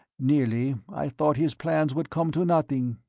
nearly i thought his plans would come to nothing.